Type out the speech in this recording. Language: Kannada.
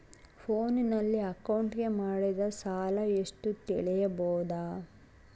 ಫೋನಿನಲ್ಲಿ ಅಕೌಂಟಿಗೆ ಮಾಡಿದ ಸಾಲ ಎಷ್ಟು ತಿಳೇಬೋದ?